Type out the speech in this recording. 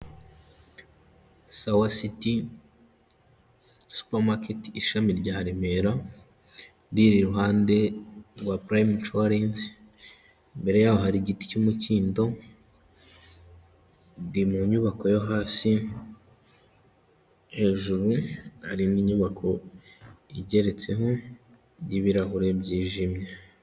Sawa citi supamaketi ishami rya Remera, riherereye iruhande rwa purimu inshuwarensi, mbere yaho hari igiti cy'umukindo, ndi mu nyubako yo hasi, hejuru harimo inyubako igeretseho y'ibirahure byijimye.